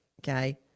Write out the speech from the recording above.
okay